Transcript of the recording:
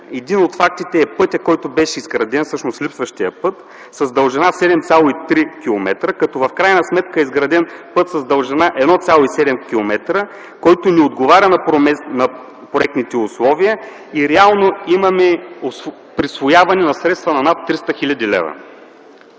един от фактите е пътят, който беше изграден, с липсващия път, с дължина 7,3 км, като в крайна сметка е изграден път с дължина 1,7 км, който не отговаря на проектните условия и реално имаме присвояване на средства за над 300 хил. лв.